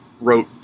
wrote